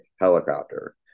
helicopter